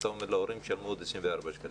אתה אומר להורים: שלמו עוד 24 שקלים.